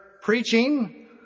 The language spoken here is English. preaching